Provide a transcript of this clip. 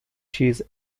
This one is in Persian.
چیز